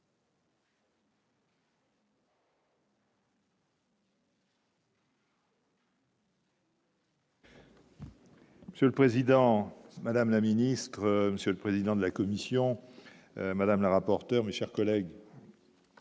Monsieur le Président, Madame la ministre, monsieur le président de la commission madame le rapporteur mais, chers collègues,